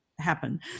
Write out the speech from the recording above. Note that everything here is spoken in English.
happen